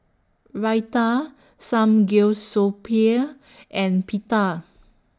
Raita and Pita